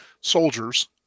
soldiers